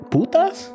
Putas